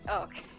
okay